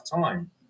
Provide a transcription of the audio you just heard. time